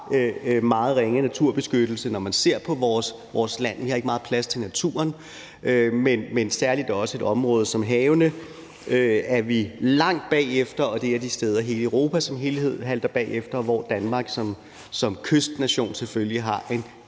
meget ringe naturbeskyttelse, når man ser på vores land – vi har ikke meget plads til naturen, men særlig også på et område som havene er vi langt bagefter. Og det er et sted, hvor Europa som helhed halter bagefter, og hvor Danmark som kystnation selvfølgelig har en